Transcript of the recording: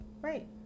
Right